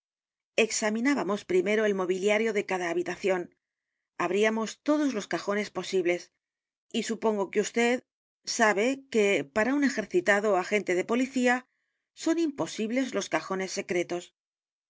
examinábamos primero el mobiliario de cada habitación abríamos todos los cajones posibles y supongo que vd sabe que para un ejercitado agente de policía son imposibles los cajones secretos